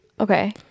Okay